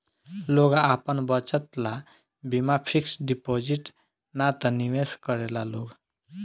लोग आपन बचत ला बीमा फिक्स डिपाजिट ना त निवेश करेला लोग